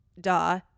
Duh